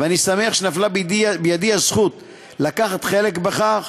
ואני שמח שנפלה בידי הזכות לקחת חלק בכך.